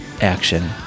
action